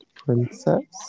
princess